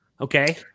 Okay